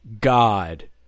God